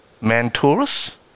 mentors